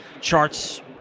Charts